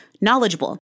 knowledgeable